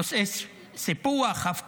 נושאי סיפוח, הפקעות.